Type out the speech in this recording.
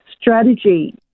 strategy